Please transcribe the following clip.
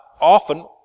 often